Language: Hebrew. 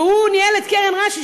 והוא ניהל את קרן רש"י,